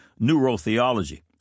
neurotheology